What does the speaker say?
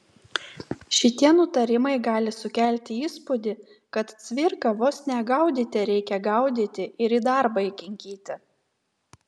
šitie nutarimai gali sukelti įspūdį kad cvirką vos ne gaudyte reikia gaudyti ir į darbą įkinkyti